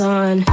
on